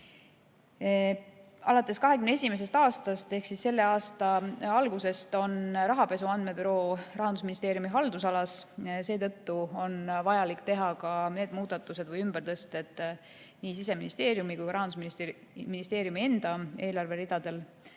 Alates 2021. aastast ehk selle aasta algusest on rahapesu andmebüroo Rahandusministeeriumi haldusalas, seetõttu on vajalik teha need muudatused nii Siseministeeriumi kui ka Rahandusministeeriumi enda eelarveridadel,